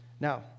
Now